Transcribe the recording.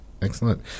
Excellent